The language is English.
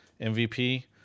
MVP